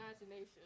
imagination